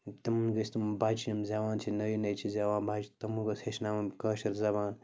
تِمَن گٔژھ تِم بچہِ یِم زٮ۪وان چھِ نٔے نٔے چھِ زٮ۪وان بچہِ تِم گٔژھ ہیٚچھناوٕنۍ کٲشِر زبان